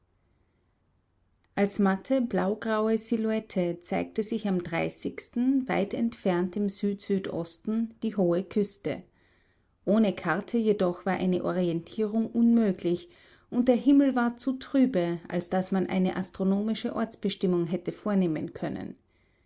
als matte blaugraue silhouette zeigte sich am weit entfernt im süd südosten die hohe küste ohne karte jedoch war eine orientierung unmöglich und der himmel war zu trübe als daß man eine astronomische ortsbestimmung hätte vornehmen können